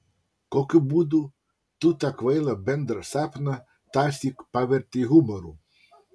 kokiu būdu tu tą kvailą bendrą sapną tąsyk pavertei humoru